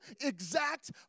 exact